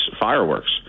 fireworks